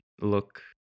look